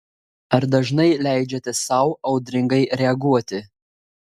ar dažnai leidžiate sau audringai reaguoti